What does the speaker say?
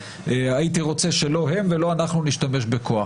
והייתי רוצה שלא הם ולא אנחנו נשתמש בכוח.